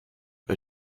but